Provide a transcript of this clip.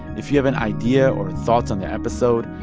if you have an idea or thoughts on the episode,